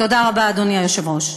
תודה רבה, אדוני היושב-ראש.